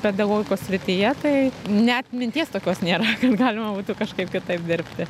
pedagogikos srityje tai net minties tokios nėra kad galima būtų kažkaip kitaip dirbti